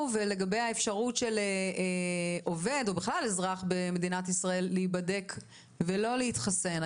ולגבי האפשרות של עובד או בכלל אזרח במדינת ישראל להיבדק ולא להתחסן,